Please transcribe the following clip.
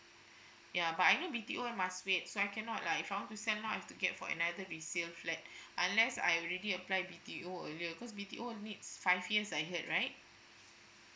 ya but I know B_T_O must wait so I cannot lah if I want to sell now I have to get for another resale flat unless I already applied with you or cause B_T_O needs five years I heard right